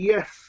Yes